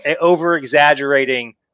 over-exaggerating